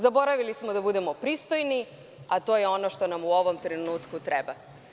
Zaboravili smo da budemo pristojni, a to je ono što nam u ovom trenutku treba.